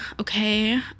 okay